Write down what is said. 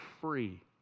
free